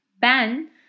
Ben